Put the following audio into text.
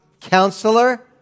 Counselor